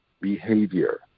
behavior